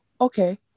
okay